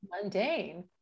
mundane